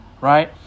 Right